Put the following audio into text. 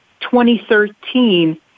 2013